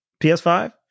PS5